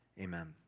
Amen